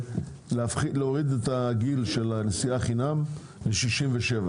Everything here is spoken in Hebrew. להוריד את הגיל המזכה לנסיעה חינם ל-67.